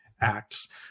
acts